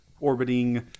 orbiting